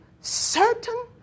certain